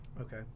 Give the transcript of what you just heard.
Okay